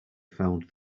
found